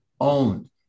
owned